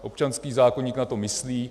Občanský zákoník na to myslí.